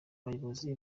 abayobozi